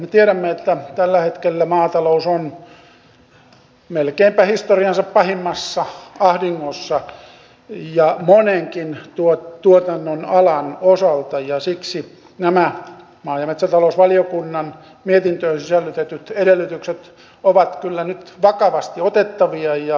me tiedämme että tällä hetkellä maatalous on melkeinpä historiansa pahimmassa ahdingossa monenkin tuotannonalan osalta ja siksi nämä maa ja metsätalousvaliokunnan mietintöön sisällytetyt edellytykset ovat kyllä nyt vakavasti otettavia